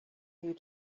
you